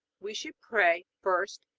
we should pray first,